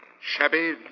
Shabby